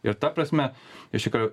ir ta prasme iš tikro